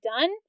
done